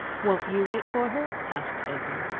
won't you wait for her? asked edna.